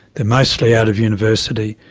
they're mostly out of university,